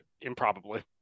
Improbably